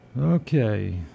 Okay